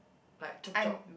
like chop chop